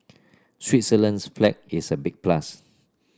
Switzerland's flag is a big plus